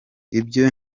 ibyo